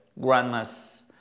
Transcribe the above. grandma's